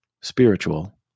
spiritual